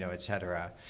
so et cetera.